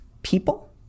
People